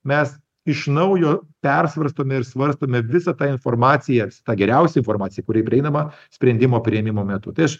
mes iš naujo persvarstome ir svarstome visą tą informaciją tą geriausią formaciją kuri prieinama sprendimo priėmimo metu tai aš